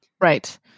Right